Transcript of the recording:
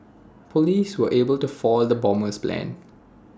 Police were able to foil the bomber's plans